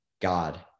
God